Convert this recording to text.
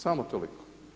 Samo toliko.